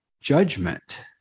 judgment